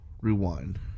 rewind